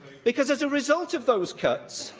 because as a result of those cuts